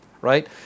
right